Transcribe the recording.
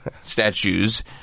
Statues